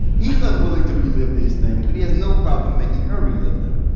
he's unwilling to relive these things, but he has no problem making her relive them.